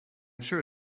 sure